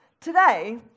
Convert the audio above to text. Today